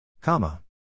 Comma